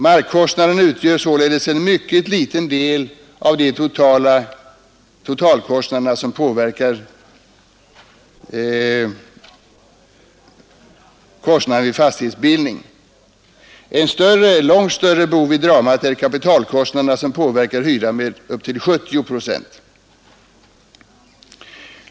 Markkostnaden utgör således en mycket liten del av totala kostnaderna vid fastighetsbildning. En större bov i dramat är kapitalkostnaderna, som påverkar hyran med upp till 70 procent.